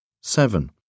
Seven